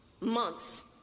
months